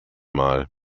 mal